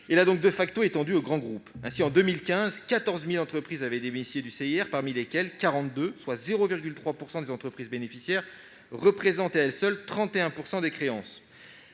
an, le CIR ayant été étendu aux grands groupes. Ainsi, en 2015, 14 000 entreprises avaient bénéficié du CIR, parmi lesquelles 42, soit 0,3 % des entreprises bénéficiaires, représentaient à elles seules 31 % des créances.